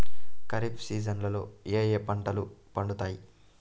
ఖరీఫ్ సీజన్లలో ఏ ఏ పంటలు పండుతాయి